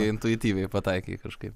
intuityviai pataikei kažkaip